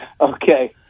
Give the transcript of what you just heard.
Okay